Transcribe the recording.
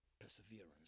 perseverance